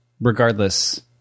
Regardless